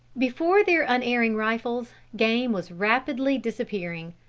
before their unerring rifles, game was rapidly disappearing.